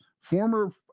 former